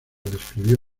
describió